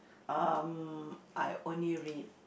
um I only read